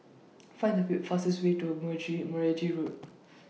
Find The fastest Way to Merge Meragi Road